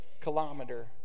kilometer